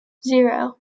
zero